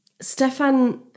Stefan